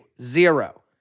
Zero